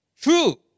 True